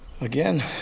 Again